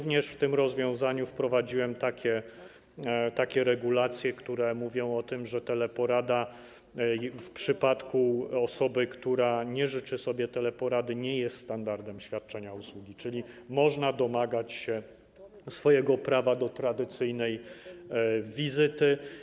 W zakresie tego rozwiązania wprowadziłem również takie regulacje, które mówią o tym, że teleporada w przypadku osoby, która nie życzy sobie teleporady, nie jest standardem świadczenia usługi, czyli można domagać się swojego prawa do tradycyjnej wizyty.